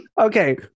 okay